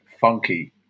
funky